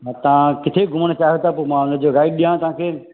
न तव्हां किथे घुमण चायोथा त मां हुनजो राय ॾिया तव्हांखे